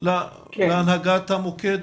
יש לך המלצה מיוחדת להנהגת המוקד?